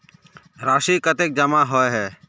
राशि कतेक जमा होय है?